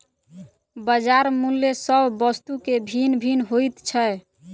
बजार मूल्य सभ वस्तु के भिन्न भिन्न होइत छै